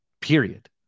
period